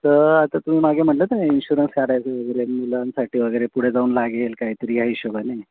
तर आता तुम्ही मागे म्हटलंत ना इन्शुरन्स करायचं वगैरे मुलांसाठी वगैरे पुढे जाऊन लागेल काही तरी या हिशोबाने